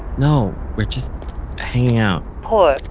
no, we're just hanging out paul,